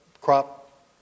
crop